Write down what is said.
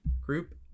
group